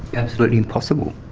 absolutely impossible,